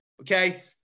Okay